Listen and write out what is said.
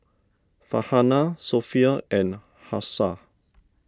Farhanah Sofea and Hafsa